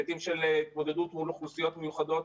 היבטים של התמודדות מול אוכלוסיות מיוחדות,